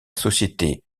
société